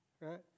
right